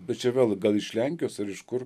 bet čia vėl gal iš lenkijos ar iš kur